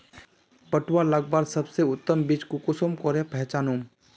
पटुआ लगवार सबसे उत्तम बीज कुंसम करे पहचानूम?